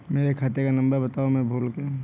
मेरे खाते का नंबर बताओ मैं भूल गया हूं